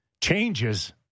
changes